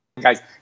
guys